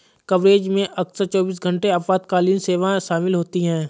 coverage में अक्सर चौबीस घंटे आपातकालीन सेवाएं शामिल होती हैं